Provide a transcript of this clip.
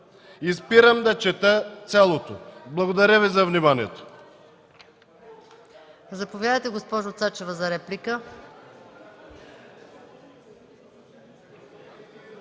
Спирам да чета цялото. Благодаря Ви за вниманието.